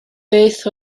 beth